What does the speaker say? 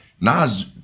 Nas